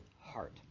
heart